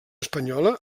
espanyola